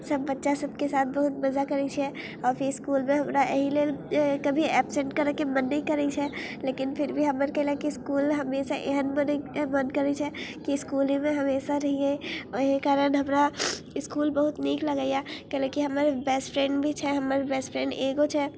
सभ बच्चा सभके साथ बहुत मजा करै छियै आओर फिर इसकुलमे हमरा एहि लेल अऽ कभी एबसेंट करैके मन नहि करै छै लेकिन फिर भी हमर कैलेकि इसकुल हमेशा एहन मने मन करै छै कि इसकुले मे हमेशा रहियै ओहे कारण हमरा इसकुल बहुत नीक लगैए कैलेकि हमर बेस्ट फ्रेण्ड भी छै हमर बेस्ट फ्रेण्ड एगो छै